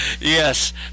Yes